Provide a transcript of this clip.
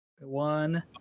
One